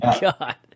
God